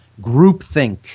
groupthink